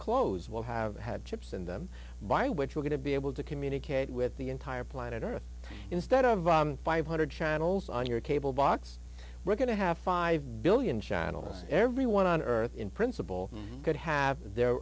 clothes will have had chips in them by which we're going to be able to communicate with the entire planet earth instead of five hundred channels on your cable box we're going to have five billion channels everyone on earth in principle could have their